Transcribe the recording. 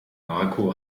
marco